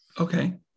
Okay